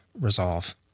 resolve